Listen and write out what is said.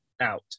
out